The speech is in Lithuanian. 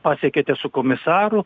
pasiekėte su komisaru